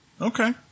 Okay